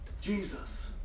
Jesus